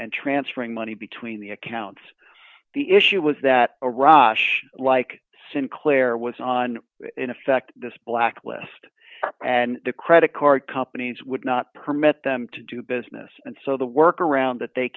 transferring money between the accounts the issue was that a raasch like sinclair was on in effect this blacklist and the credit card companies would not permit them to do business and so the work around that they